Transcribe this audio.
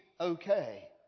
okay